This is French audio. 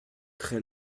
très